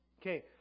Okay